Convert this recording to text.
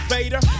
Vader